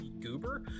goober